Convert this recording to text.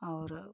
और